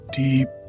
deep